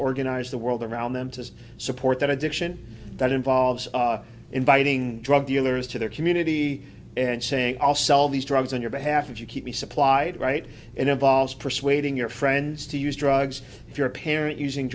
organize the world around them to support that addiction that involves inviting drug dealers to their community and saying i'll sell these drugs on your behalf if you keep me supplied right involves persuading your friends to use drugs if you're a parent using